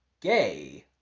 gay